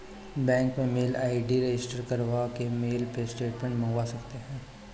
bank में mail ID register करवा के मेल पे स्टेटमेंट मंगवा सकते है